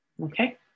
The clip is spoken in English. okay